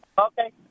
Okay